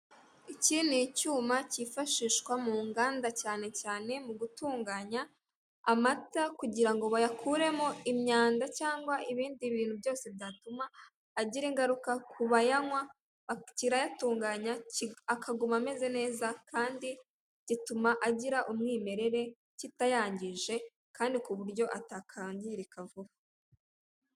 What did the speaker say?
Iki ni icyuma cyifashishwa mu nganda cyane cyane mu gutunganya amata kugira ngo bayakuremo imyanda cyangwa ibindi bintu byose byatuma agira ingaruka ku bayanywa, kirayatunganya, akaguma ameze neza, kandi gituma agira umwimerere, kitayangije kandi ku buryo atakwangirika vuba.